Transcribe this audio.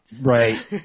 Right